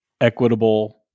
equitable